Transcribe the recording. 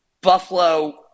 Buffalo